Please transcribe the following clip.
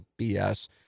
BS